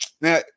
now